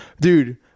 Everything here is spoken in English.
Dude